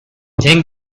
think